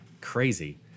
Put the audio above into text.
Crazy